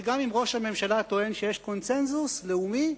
וגם אם ראש הממשלה טוען שיש קונסנזוס לאומי,